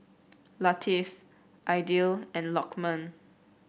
Latif Aidil and Lokman